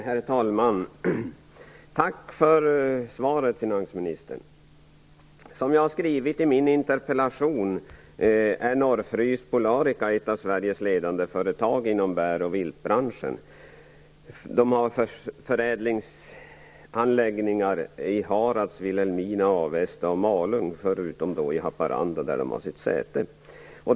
Herr talman! Tack för svaret, finansministern! Som jag har skrivit i min interpellation är Norrfrys/Polarica ett av Sveriges ledande företag inom bär och viltbranschen. Man har förädlingsanläggningar i Harads, Wilhelmina, Avesta och Malung, förutom i Haparanda, där man har sitt säte.